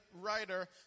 writer